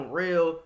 real